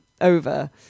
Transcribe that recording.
over